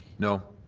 no.